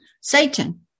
Satan